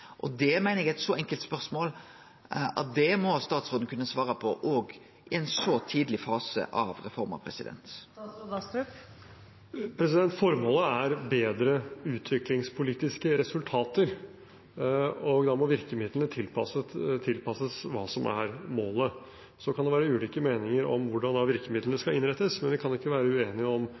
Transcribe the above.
Det meiner eg er eit så enkelt spørsmål at statsråden må kunne svare på det òg i ein så tidleg fase av reforma. Formålet er bedre utviklingspolitiske resultater, og da må virkemidlene tilpasses det som er målet. Så kan det være ulike meninger om hvordan virkemidlene skal innrettes. Men vi kan ikke være uenige om